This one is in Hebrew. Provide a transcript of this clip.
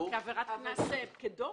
כדוח?